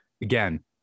Again